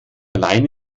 allein